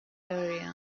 area